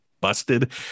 busted